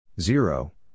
Zero